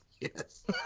Yes